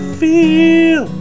feel